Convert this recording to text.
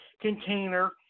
container